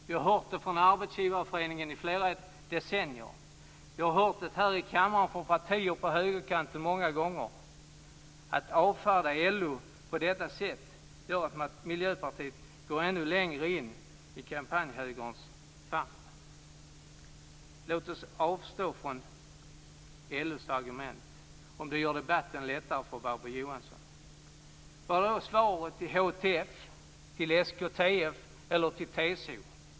Vi har hört det från arbetsgivarhögern i flera decennier. Vi har hört det här i kammaren från partierna på högerkanten många gånger. Att avfärda LO på detta sätt gör att Miljöpartiet går ännu längre in i kampanjhögerns famn. Men låt oss avstå från LO:s argument - om det gör debatten lättare för Barbro Johansson. Vad är då svaret till HTF, till SKTF eller till TCO?